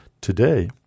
today